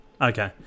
Okay